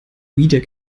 wieder